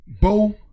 Bo